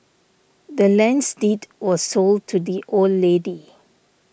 the land's deed was sold to the old lady